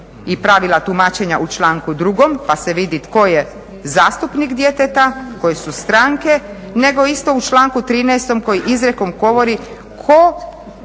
i pravila tumačenja u članku drugom pa se vidi tko je zastupnik djeteta, koje su stranke, nego isto u članku 13. koji izrijekom govori tko